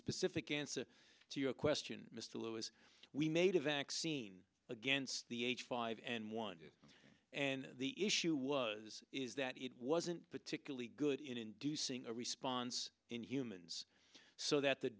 specific answer to your question mr lewis we made a vaccine against the h five n one and the issue was is that it wasn't particularly good in inducing a response it's in humans so that the